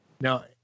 Now